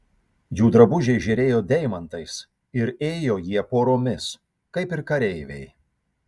jų drabužiai žėrėjo deimantais ir ėjo jie poromis kaip ir kareiviai